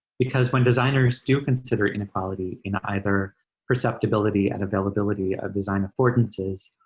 because when designers do consider inequality in either perceptibility and availability of design affordances,